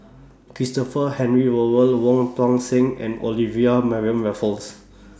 Christopher Henry Rothwell Wong Tuang Seng and Olivia Mariamne Raffles